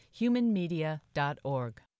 humanmedia.org